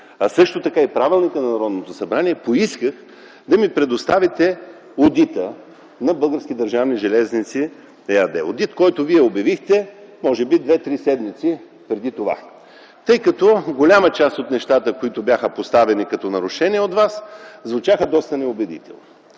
за организацията и дейността на Народното събрание поисках да ми предоставите одита на „Български държавни железници” ЕАД – одит, който Вие обявихте може би 2-3 седмици преди това, тъй като голяма част от нещата, които бяха поставени като нарушения от вас, звучаха доста неубедително.